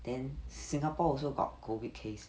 then singapore also got COVID case